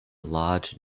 large